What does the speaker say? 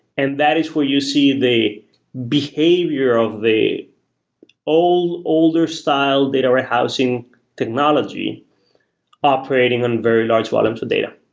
and that is where you see the behavior of the older older style data warehousing technology operating on very large volumes of data.